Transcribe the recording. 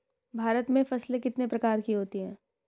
भारत में फसलें कितने प्रकार की होती हैं?